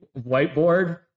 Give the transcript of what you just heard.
whiteboard